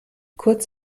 kurz